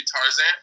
Tarzan